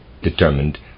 determined